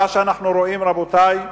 מה שאנחנו רואים, רבותי,